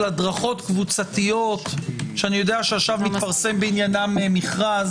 הדרכות קבוצתיות שאני יודע שעכשיו מתפרסם בעניינן מכרז,